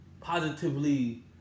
positively